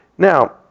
Now